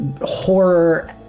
horror-